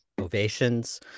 ovations